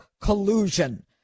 collusion